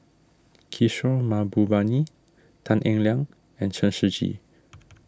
Kishore Mahbubani Tan Eng Liang and Chen Shiji